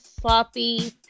Sloppy